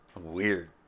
Weird